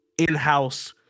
in-house